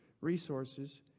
resources